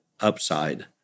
upside